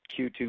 Q2